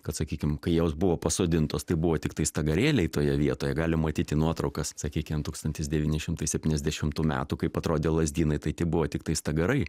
kad sakykim kai jos buvo pasodintos tai buvo tiktai stagarėliai toje vietoje galim matyti nuotraukas sakykim tūkstantis devyni šimtai septyniasdešimtų metų kaip atrodė lazdynai tai tie buvo tiktai stagarai